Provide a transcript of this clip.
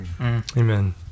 Amen